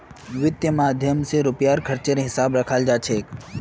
वित्त माध्यम स रुपयार खर्चेर हिसाब रखाल जा छेक